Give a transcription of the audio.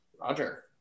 Roger